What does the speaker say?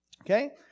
Okay